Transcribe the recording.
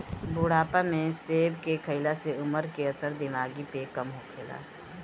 बुढ़ापा में सेब खइला से उमर के असर दिमागी पे कम होखेला